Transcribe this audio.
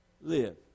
live